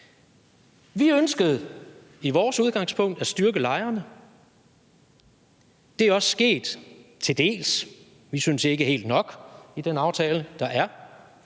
Vi ønskede i vores udgangspunkt at styrke lejerne. Det er også til dels sket i den aftale, der er,